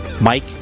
mike